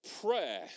Prayer